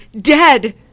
Dead